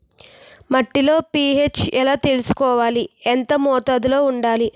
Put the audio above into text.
మట్టిలో పీ.హెచ్ ఎలా తెలుసుకోవాలి? ఎంత మోతాదులో వుండాలి?